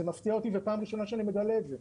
זה מפתיע אותי, ופעם ראשונה שאני מגלה את זה.